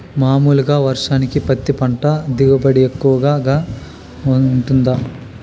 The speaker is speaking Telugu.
మామూలుగా వర్షానికి పత్తి పంట దిగుబడి ఎక్కువగా గా వుంటుందా?